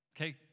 Okay